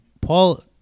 Paul